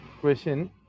question